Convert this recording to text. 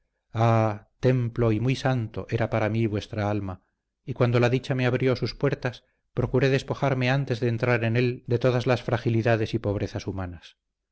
ah templo y muy santo era para mí vuestra alma y cuando la dicha me abrió sus puertas procuré despojarme antes de entrar en él de todas las fragilidades y pobrezas humanas